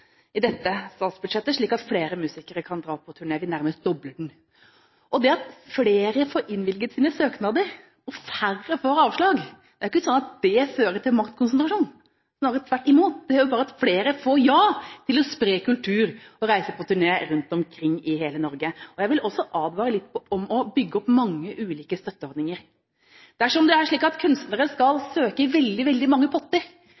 i dette statsbudsjettet, slik at flere musikere kan dra på turné – vi nærmest dobler den. Det at flere får innvilget sine søknader og færre får avslag, fører ikke til maktkonsentrasjon. Snarere tvert imot, det gjør bare at flere får ja til å spre kultur og reise på turné rundt omkring i hele Norge. Jeg vil også advare litt mot å bygge opp mange ulike støtteordninger. Dersom det er slik at kunstnere skal søke veldig mange potter,